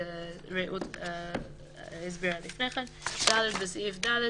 את זה רעות הסבירה לפני כן (ד)בסעיף זה,